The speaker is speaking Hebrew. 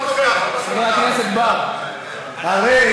אדוני היושב-ראש,